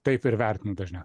taip ir vertina dažniau